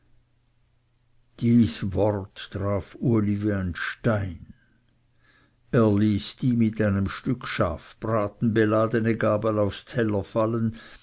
dies wort traf uli wie ein stein er ließ die mit einem stück schafbraten beladene gabel aufs teller fallen